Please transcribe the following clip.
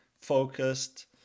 focused